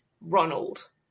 Ronald